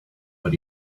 but